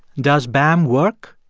does bam work?